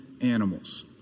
animals